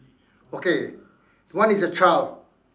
okay one is a child